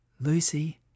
Lucy